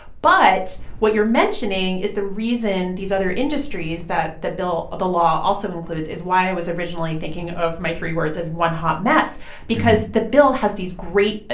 but what you're mentioning is the reason these other industries that the bill ah the law also includes is why i was originally thinking of my three words as one hot mess because the bill has these great, ah